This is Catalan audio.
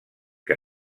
que